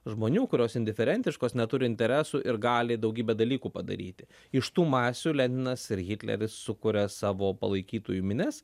žmonių kurios indiferentiškos neturi interesų ir gali daugybę dalykų padaryti iš tų masių leninas ir hitleris sukuria savo palaikytojų minias